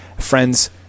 Friends